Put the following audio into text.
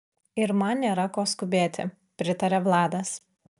ir man nėra ko skubėti pritaria vladas